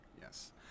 Yes